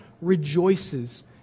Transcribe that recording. rejoices